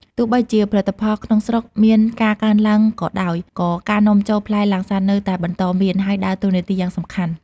ទោះបីជាផលិតកម្មក្នុងស្រុកមានការកើនឡើងក៏ដោយ ក៏ការនាំចូលផ្លែលាំងសាតនៅតែបន្តមាន ហើយដើរតួនាទីយ៉ាងសំខាន់។